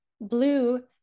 blue